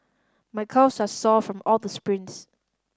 my calves are sore from all the sprints